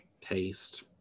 taste